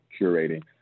curating